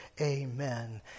amen